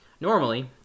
Normally